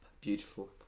Beautiful